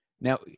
Now